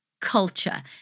culture